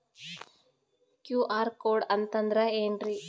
QR code ಅಂತಂದ್ರ ಏನ್ರೀ?